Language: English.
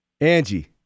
Angie